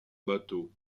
bateau